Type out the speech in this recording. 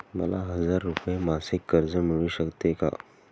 मला हजार रुपये मासिक कर्ज मिळू शकते का?